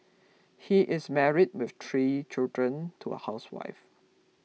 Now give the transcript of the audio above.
he is married with three children to a housewife